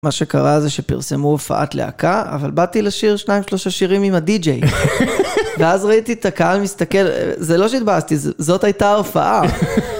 מה שקרה זה שפרסמו הופעת להקה, אבל באתי לשיר שניים, שלושה שירים עם הדי-ג'יי. ואז ראיתי את הקהל מסתכל, זה לא שהתבאסתי, זאת הייתה ההופעה.